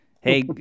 Hey